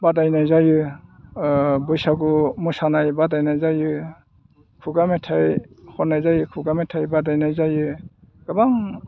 बादायनाय जायो बैसागु मोसानाय बादायनाय जायो खुगा मेथाइ खननाय जायो खुगा मेथाइ बादायनाय जायो गोबां